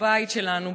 בבית שלנו,